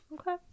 Okay